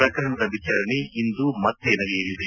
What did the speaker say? ಪ್ರಕರಣದ ವಿಚಾರಣೆ ಇಂದು ಮತ್ತೆ ನಡೆಯಲಿದೆ